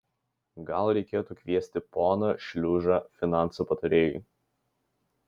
gal reikėtų kviesti poną šliužą finansų patarėju